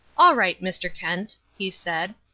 all right, mr. kent, he said,